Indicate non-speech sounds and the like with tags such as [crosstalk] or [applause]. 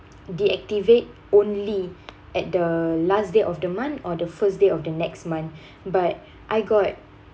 deactivate only at the last day of the month or the first day of the next month [breath] but I got